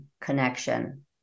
connection